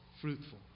fruitful